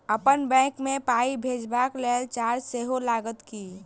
अप्पन बैंक मे पाई भेजबाक लेल चार्ज सेहो लागत की?